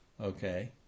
Okay